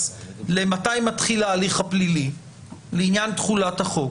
למתי מתחיל ההליך הפלילי לעניין תחולת החוק,